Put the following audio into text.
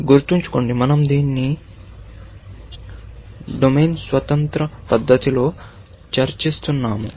గుర్తుంచుకోండి మనం దీన్ని డొమైన్ స్వతంత్ర పద్ధతిలో చర్చిస్తున్నాము